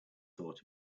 thought